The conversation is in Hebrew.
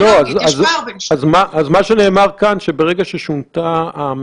אז הכניסו 70,000 איש לבידוד ורק 5% נמצאו